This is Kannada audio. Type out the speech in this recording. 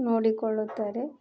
ನೋಡಿಕೊಳ್ಳುತ್ತಾರೆ